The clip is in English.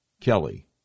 Kelly